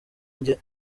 njye